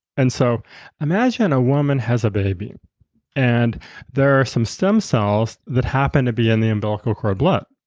and so imagine a woman has a baby and there are some stem cells that happen to be in the umbilical cord blood.